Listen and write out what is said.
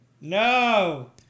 No